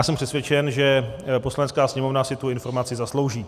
Jsem přesvědčen, že Poslanecká sněmovna si tu informaci zaslouží.